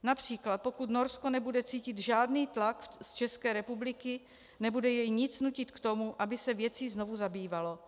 Například pokud Norsko nebude cítit žádný tlak z České republiky, nebude jej nic nutit k tomu, aby se věcí znovu zabývalo.